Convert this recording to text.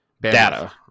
data